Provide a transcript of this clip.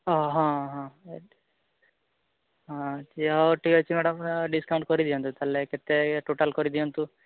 ହଁ ହଁ ହଁ ହଁ ହଉ ଠିକ୍ ଅଛି ମ୍ୟାଡ଼ାମ୍ ଡିସ୍କାଉଣ୍ଟ୍ କରି ଦିଅନ୍ତୁ ତା'ହେଲେ କେତେ ଟୋଟାଲ୍ କରି ଦିଅନ୍ତୁ